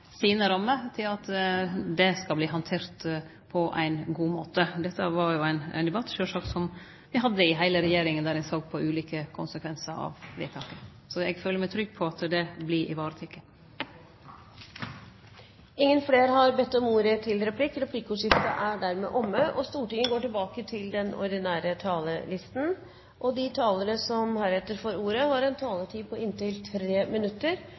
sine rammer for at det skal verte handtert på ein god måte. Dette var ein debatt som me sjølvsagt hadde i heile regjeringa, der ein såg på ulike konsekvensar av vedtaket. Så eg føler meg trygg på at det vert teke hand om. Replikkordskiftet er omme. De talere som heretter får ordet, har en taletid på inntil 3 minutter. Grunnen til